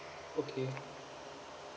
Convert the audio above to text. okay